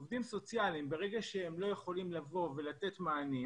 ברגע שעובדים סוציאליים לא יכולים לבוא ולתת מענים